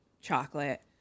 chocolate